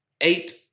eight